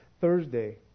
Thursday